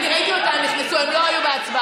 אני ראיתי אותם, הם נכנסו, הם לא היו בהצבעה.